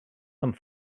some